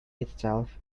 itself